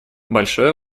большое